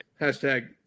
hashtag